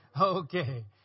Okay